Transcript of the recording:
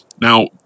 Now